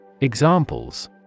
Examples